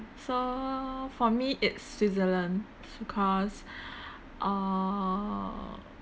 so for me it's switzerland is because err